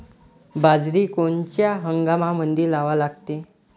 बाजरी कोनच्या हंगामामंदी लावा लागते?